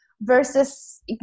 Versus